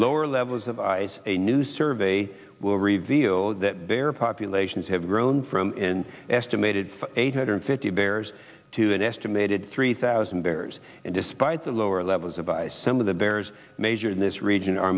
lower levels of ice a new survey will reveal that their populations have grown from in estimated eight hundred fifty bears to an estimated three thousand bears and despite the lower levels of by some of the bears major in this region